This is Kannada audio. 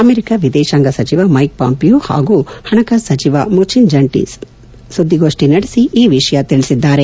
ಅಮೆರಿಕ ವಿದೇಶಾಂಗ ಸಚಿವ ಮೈಕ್ ಪ್ಯಾಂಪಿಯೋ ಹಾಗೂ ಹಣಕಾಸು ಸಚಿವ ಮುಚಿನ್ ಜಂಟಿ ಸುದ್ಗಿಗೋಷ್ಣಿ ನಡೆಸಿ ಈ ವಿಷಯ ತಿಳಿಸಿದ್ದಾರೆ